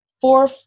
four